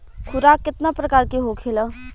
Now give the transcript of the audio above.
खुराक केतना प्रकार के होखेला?